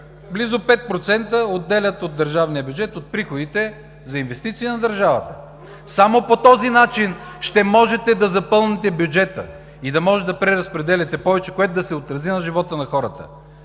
приходите от държавния бюджет за инвестиция на държавата. Само по този начин ще можете да запълните бюджета и да може да преразпределяте повече, което да се отрази на живота на хората.